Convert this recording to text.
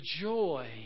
joy